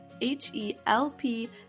H-E-L-P